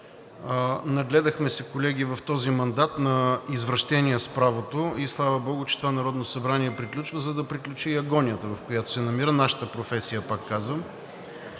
Нагледахме се, колеги, в този мандат на извращения с правото и слава богу, че това Народно събрание приключва, за да приключи и агонията, в която се намира нашата професия, пак казвам.